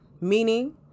meaning